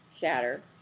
shatter